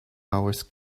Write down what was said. hours